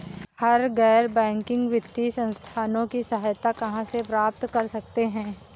हम गैर बैंकिंग वित्तीय संस्थानों की सहायता कहाँ से प्राप्त कर सकते हैं?